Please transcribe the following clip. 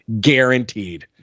Guaranteed